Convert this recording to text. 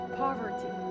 poverty